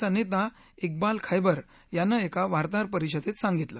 चा नत्ति इक्बाल खेंबर यानं एका वार्ताहर परिषदक्षसांगितलं